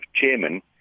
Chairman